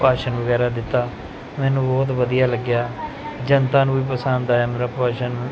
ਭਾਸ਼ਣ ਵਗੈਰਾ ਦਿੱਤਾ ਮੈਨੂੰ ਬਹੁਤ ਵਧੀਆ ਲੱਗਿਆ ਜਨਤਾ ਨੂੰ ਵੀ ਪਸੰਦ ਆਇਆ ਮੇਰਾ ਭਾਸ਼ਣ